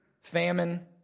Famine